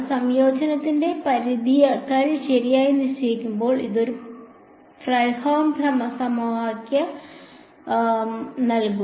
സംയോജനത്തിന്റെ പരിധികൾ ശരിയായി നിശ്ചയിക്കുമ്പോൾ അത് നമുക്ക് ഒരു ഫ്രെഡ്ഹോം സമഗ്ര സമവാക്യം നൽകുന്നു